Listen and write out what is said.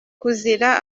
kuzira